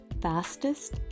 fastest